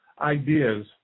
ideas